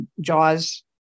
JAWS